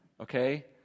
Okay